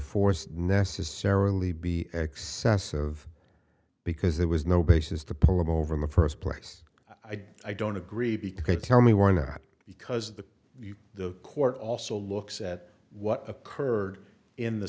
force necessarily be excess of because there was no basis to pull him over in the first place i don't agree because you tell me one that because the the court also looks at what occurred in the